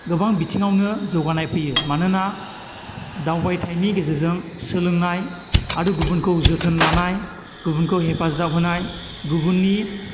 गोबां बिथिंआवनो जौगानाय फैयो मानोना दावबायथाइनि गेजेरजों सोलोंनाय आरो गुबुनखौ जोथोन लानाय गुबुनखौ हेफाजाब होनाय गुबुननि